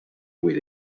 with